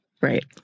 Right